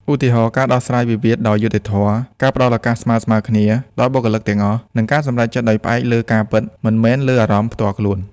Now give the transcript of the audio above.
ឧទាហរណ៍ ការដោះស្រាយវិវាទដោយយុត្តិធម៌ ការផ្ដល់ឱកាសស្មើៗគ្នាដល់បុគ្គលិកទាំងអស់ និងការសម្រេចចិត្តដោយផ្អែកលើការពិត មិនមែនលើអារម្មណ៍ផ្ទាល់ខ្លួន។